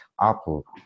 Apple